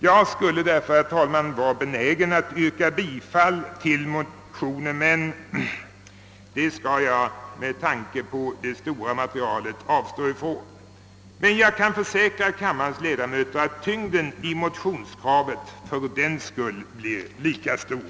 Jag skulle därför, herr talman, ha varit benägen att yrka bifall till motionen, men det skall jag avstå från. Jag kan däremot försäkra kammarens ledamöter, att tyngden i motionskravet fördenskull förblir lika stor.